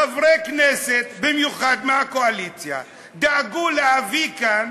חברי כנסת, במיוחד מהקואליציה, דאגו להביא כאן